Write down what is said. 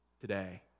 today